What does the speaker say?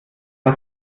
was